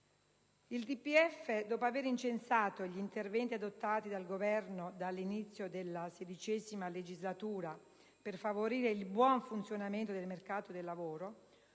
Il DPEF, dopo aver incensato gli interventi adottati dal Governo dall'inizio della XVI legislatura per favorire «il buon funzionamento del mercato del lavoro»,